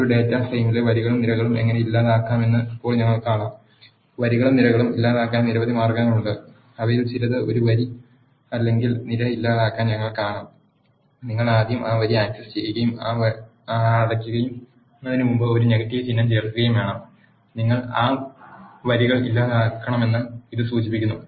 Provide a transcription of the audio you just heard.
ഒരു ഡാറ്റാ ഫ്രെയിമിലെ വരികളും നിരകളും എങ്ങനെ ഇല്ലാതാക്കാമെന്ന് ഇപ്പോൾ ഞങ്ങൾ കാണും വരികളും നിരകളും ഇല്ലാതാക്കാൻ നിരവധി മാർഗങ്ങളുണ്ട് അവയിൽ ചിലത് ഒരു വരി അല്ലെങ്കിൽ നിര ഇല്ലാതാക്കാൻ ഞങ്ങൾ കാണും നിങ്ങൾ ആദ്യം ആ വരി ആക് സസ് ചെയ്യുകയും ആ അടയ് ക്കുന്നതിന് മുമ്പ് ഒരു നെഗറ്റീവ് ചിഹ്നം ചേർക്കുകയും വേണം നിങ്ങൾ ആ വരികൾ ഇല്ലാതാക്കണമെന്ന് ഇത് സൂചിപ്പിക്കുന്നു